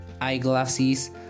eyeglasses